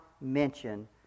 mention